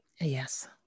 Yes